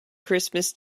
christmas